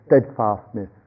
steadfastness